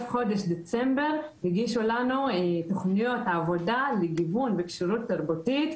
חודש דצמבר להגיש לנו תכניות עבודה לגיוון וכשירות תרבותית.